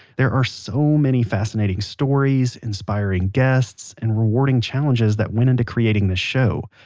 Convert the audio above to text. there are so many fascinating stories, inspiring guests, and rewarding challenges that went into creating this show.